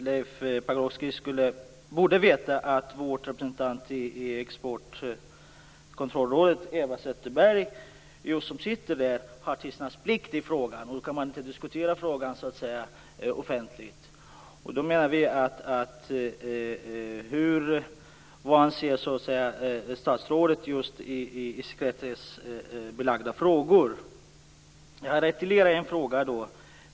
Leif Pagrotsky borde veta att vår representant i Exportkontrollrådet, Eva Zetterberg, har tystnadsplikt i frågan. Då kan man inte diskutera frågan offentligt. Jag har ytterligare en fråga.